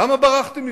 למה ברחתם מזה?